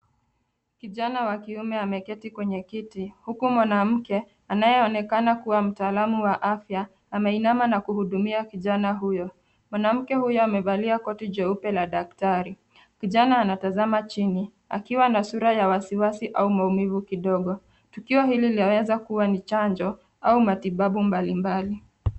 Kijana wa kiume ameketi kwenye kiti huku mwanamke anayeonekana kuwa mtaalamu wa afya ameinama na kuhudumia kijana huyo. Mwanamke huyo amevali akoti jeupe la daktari. Kijana anatazama chini akiwa na sura ya wasiwasi au maumivu kidogo. Tukio hili laweza kuwa ni chanjo au matibabu mbalimbali.